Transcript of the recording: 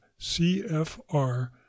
CFR